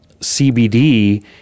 CBD